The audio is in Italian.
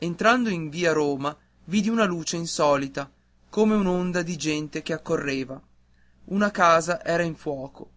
entrando in via roma vidi una luce insolita e un'onda di gente che accorreva una casa era in fuoco